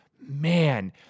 man